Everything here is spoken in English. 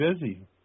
busy